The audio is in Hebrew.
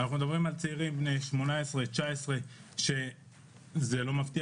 אנחנו מדברים על צעירים בני 19-18 שלא יפתיע